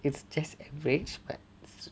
it's just average but